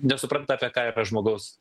nesupranta apie ką yra žmogaus